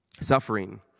suffering